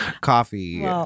coffee